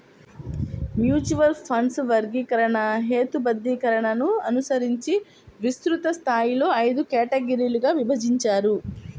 mutual ఫండ్ల వర్గీకరణ, హేతుబద్ధీకరణను అనుసరించి విస్తృత స్థాయిలో ఐదు కేటగిరీలుగా విభజించారు